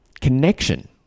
connection